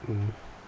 mmhmm